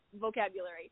vocabulary